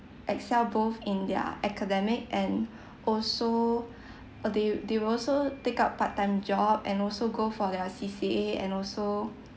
excel both in their academic and also they they also take up part time job and also go for their C_C_A and also